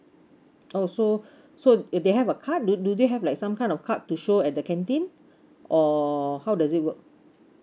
oh so so if they have a card do do they have like some kind of card to show at the canteen or how does it work